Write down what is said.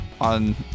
on